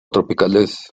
tropicales